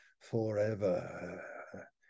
forever